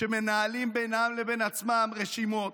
שמנהלים בינם לבין עצמם רשימות,